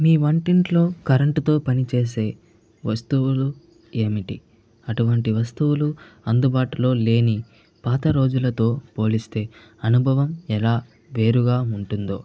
మీ వంటింట్లో కరెంటుతో పనిచేసే వస్తువులు ఏమిటి అటువంటి వస్తువులు అందుబాటులో లేని పాత రోజులతో పోలిస్తే అనుభవం ఎలా వేరుగా ఉంటుందో